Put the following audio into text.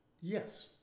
yes